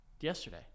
Yesterday